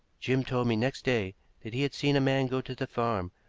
jim told me next day that he had seen a man go to the farm,